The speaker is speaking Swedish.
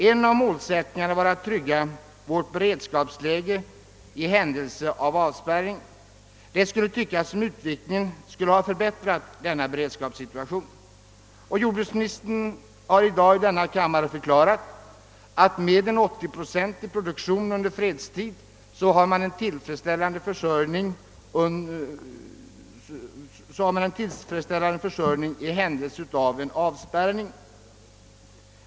En av målsättningarna var att trygga vårt beredskapsläge i händelse av avspärrning. Det kan tyckas att utvecklingen borde ha förbättrat denna beredskapssituation. Jordbruksministern har i dag i denna kammare förklarat att man med en 80-procentig produktion under fredstid har säkerställt en tillfredsställande försörjning i händelse av avspärrning.